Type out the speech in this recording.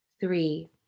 Three